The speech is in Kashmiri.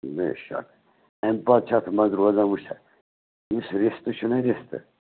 بے شَک اَمہِ پَتہٕ چھُ اَتھ منٛزٕ روزان وُچھ سا یُس رِستہٕ چھُنا رِستہٕ